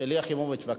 שלי יחימוביץ, בבקשה,